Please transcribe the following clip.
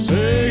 Say